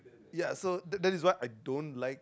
ya so that is what I don't like